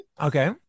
Okay